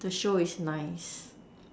the show is nice